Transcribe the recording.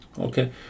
Okay